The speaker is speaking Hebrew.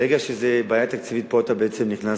ברגע שזאת בעיה תקציבית, פה אתה בעצם נכנס